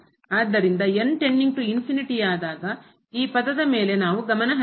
ಆದ್ದರಿಂದ ಆದಾಗ ಈ ಪದದ ಮೇಲೆ ನಾವು ಗಮನಹರಿಸಬಹುದು